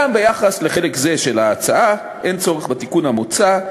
גם ביחס לחלק זה של ההצעה אין צורך בתיקון המוצע,